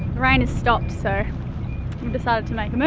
rain has stopped, so we decided to make a move.